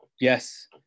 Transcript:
yes